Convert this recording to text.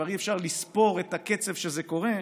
כבר אי-אפשר לספור בקצב שזה קורה,